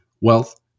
Wealth